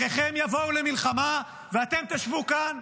אחיכם יבואו למלחמה ואתם תשבו כאן?